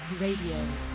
Radio